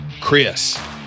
Chris